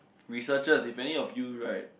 researchers if any of you right